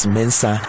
Mensa